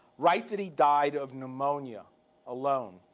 write that he died of pneumonia alone.